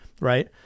right